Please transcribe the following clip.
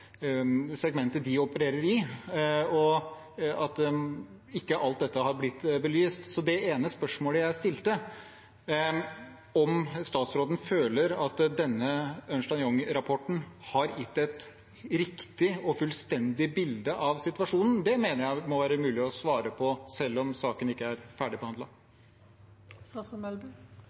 ene spørsmålet jeg stilte, om statsråden føler at denne Ernst & Young-rapporten har gitt et riktig og fullstendig bilde av situasjonen, mener jeg må være mulig å svare på, selv om saken ikke er